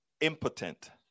impotent